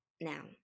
now